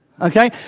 Okay